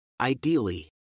Ideally